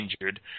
injured